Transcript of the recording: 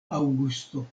aŭgusto